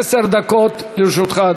עשר דקות לרשותך,